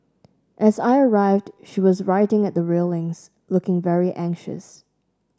as I arrived she was writing at the railings looking very anxious